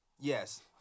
Yes